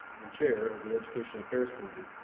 and chair of the educational affairs committee,